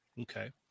okay